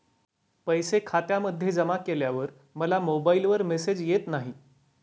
पैसे खात्यामध्ये जमा केल्यावर मला मोबाइलवर मेसेज येत नाही?